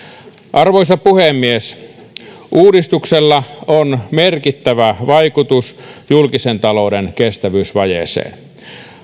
arvoisa puhemies uudistuksella on merkittävä vaikutus julkisen talouden kestävyysvajeeseen